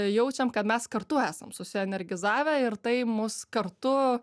jaučiam kad mes kartu esam susienergizavę ir tai mus kartu